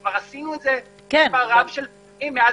כבר עשינו את זה מספר רב של פעמים מאז